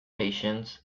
patients